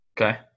Okay